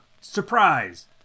Surprise